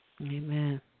Amen